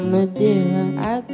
Madeira